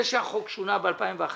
זה שהחוק שונה ב-2011,